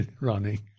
running